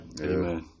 Amen